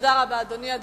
תודה רבה, אדוני.